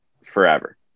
forever